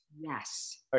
Yes